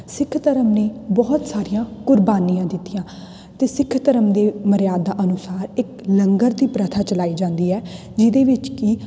ਸਿੱਖ ਧਰਮ ਨੇ ਬਹੁਤ ਸਾਰੀਆਂ ਕੁਰਬਾਨੀਆਂ ਦਿੱਤੀਆਂ ਅਤੇ ਸਿੱਖ ਧਰਮ ਦੇ ਮਰਿਆਦਾ ਅਨੁਸਾਰ ਇੱਕ ਲੰਗਰ ਦੀ ਪ੍ਰਥਾ ਚਲਾਈ ਜਾਂਦੀ ਹੈ ਜਿਹਦੇ ਵਿੱਚ ਕਿ